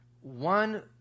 one